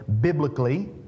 biblically